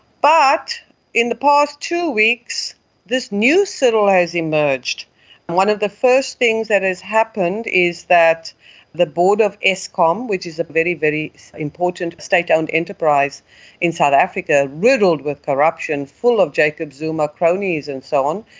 but in the past two weeks this new cyril has emerged, and one of the first things that has happened is that the board of eskom, which is a very, very important state owned enterprise in south africa, riddled with corruption, full of jacob zuma cronies and so on,